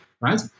right